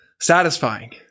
satisfying